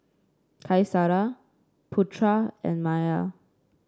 Qaisara Putra and Maya